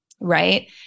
Right